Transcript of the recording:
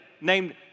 named